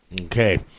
Okay